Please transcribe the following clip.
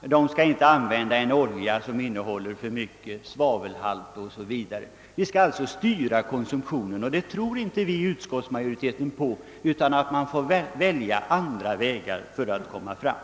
dryck, man skall inte använda en olja som har för hög svavelhalt o.s.v. Vi skall alltså styra konsumtionen på detta sätt med hjälp av beskattningen. Vi tror inom utskottsmajoriteten inte på denna möjlighet utan menar att man får följa andra vägar för att komma till målet.